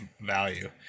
value